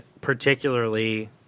particularly